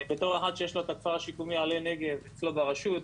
בתור אחד שיש לו את הכפר השיקומי עלה נגב אצלו ברשות,